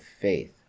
faith